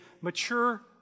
mature